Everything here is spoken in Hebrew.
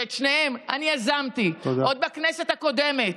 שאת שניהם אני יזמתי עוד בכנסת הקודמת.